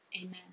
amen